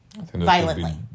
violently